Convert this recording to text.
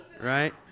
right